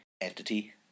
entity